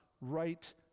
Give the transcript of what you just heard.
right